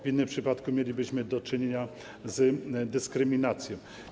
W innym przypadku mielibyśmy do czynienia z dyskryminacją.